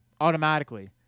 automatically